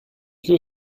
you